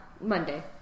Monday